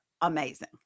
amazing